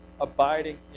Abiding